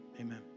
Amen